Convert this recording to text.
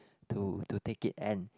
to to take it and